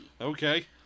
Okay